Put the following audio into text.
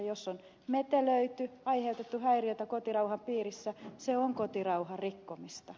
jos on metelöity aiheutettu häiriötä kotirauhan piirissä se on kotirauhan rikkomista